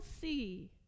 see